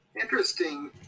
interesting